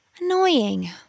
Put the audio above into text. Annoying